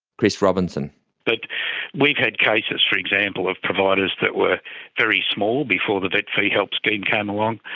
chris robinson but we've had cases, for example, of providers that were very small before the vet fee-help scheme came along.